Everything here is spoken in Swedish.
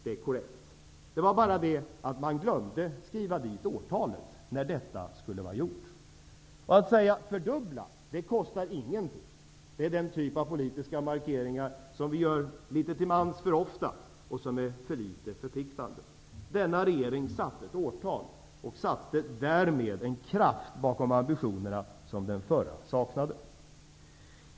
Det är korrekt. Det var bara det att man glömde att skriva dit årtalet när detta skulle vara gjort. Att säga ''fördubbla'' kostar ingenting. Det är den typ av politiska markeringar som vi litet till mans gör för ofta och som är för litet förpliktande. Denna regeringen satte ett årtal. Därmed satte vi en kraft bakom ambitionerna som den förra regeringen saknade.